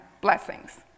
blessings